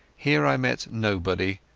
here i met nobody,